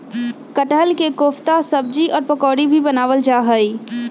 कटहल के कोफ्ता सब्जी और पकौड़ी भी बनावल जा हई